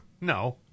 No